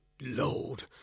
lord